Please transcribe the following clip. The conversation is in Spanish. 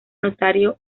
notario